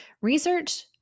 Research